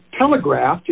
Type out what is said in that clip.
telegraphed